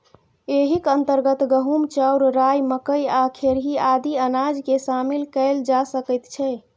एहिक अंतर्गत गहूम, चाउर, राई, मकई आ खेरही आदि अनाजकेँ शामिल कएल जा सकैत छै